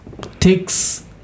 takes